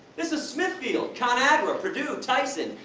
this is smithfield, conagra, perdue, tyson,